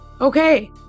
okay